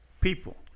people